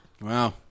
Wow